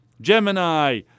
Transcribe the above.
Gemini